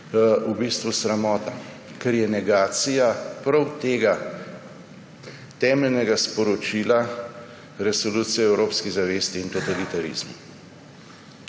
v bistvu sramota – ker je negacija prav tega temeljnega sporočila Resolucije o evropski zavesti in totalitarizmu.